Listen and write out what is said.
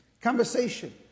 conversation